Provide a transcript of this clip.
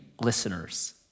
listeners